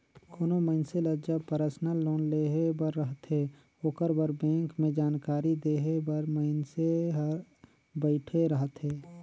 कोनो मइनसे ल जब परसनल लोन लेहे बर रहथे ओकर बर बेंक में जानकारी देहे बर मइनसे हर बइठे रहथे